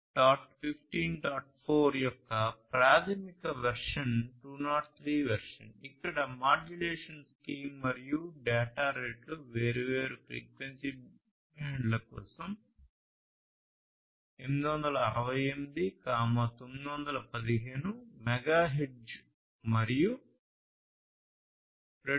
4 యొక్క ప్రాథమిక version 2003 version ఇక్కడ మాడ్యులేషన్ స్కీమ్ మరియు డేటా రేట్లు వేర్వేరు ఫ్రీక్వెన్సీ బ్యాండ్ల కోసం 868 915 మెగాహెర్ట్జ్ మరియు 2